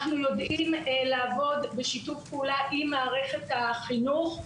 אנחנו יודעים לעבוד בשיתוף פעולה עם מערכת החינוך.